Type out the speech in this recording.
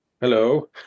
Hello